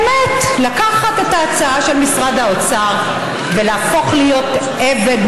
לקחת את ההצעה של משרד האוצר ולהפוך להיות עבד,